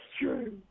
true